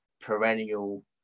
perennial